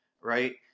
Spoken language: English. right